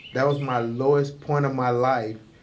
that was my lowest point of my life,